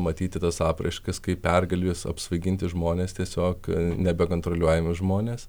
matyti tas apraiškas kai pergalės apsvaiginti žmonės tiesiog nebekontroliuojami žmonės